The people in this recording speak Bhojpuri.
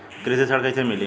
कृषि ऋण कैसे मिली?